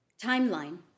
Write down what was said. timeline